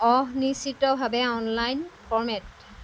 অহ নিশ্চিতভাৱে online format